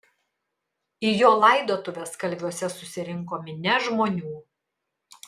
į jo laidotuves kalviuose susirinko minia žmonių